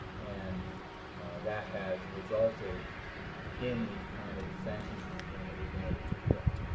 and that has resulted in the kind of sanctions regime that we've been able to put together.